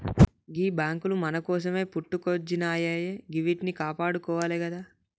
గీ బాంకులు మన కోసమే పుట్టుకొచ్జినయాయె గివ్విట్నీ కాపాడుకోవాలె గదా